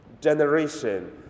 generation